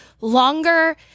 longer